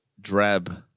drab